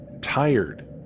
tired